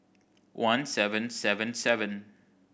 one seven seven seven